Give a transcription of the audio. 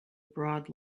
broad